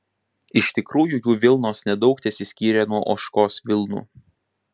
iš tikrųjų jų vilnos nedaug tesiskyrė nuo ožkos vilnų